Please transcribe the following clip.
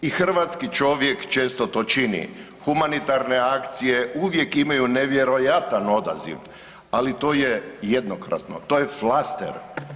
I hrvatski čovjek često to čini, humanitarne akcije uvijek imaju nevjerojatan odaziv ali to je jednokratno, to je flaster.